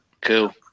Cool